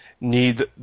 need